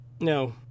No